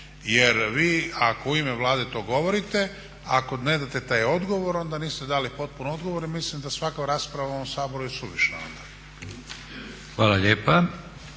Jer vi ako u ime Vlade to govorite, ako ne date taj odgovor onda niste dali potpun odgovor i mislim da svaka rasprava u ovom Saboru je suvišna onda.